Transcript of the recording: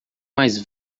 mais